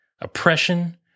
oppression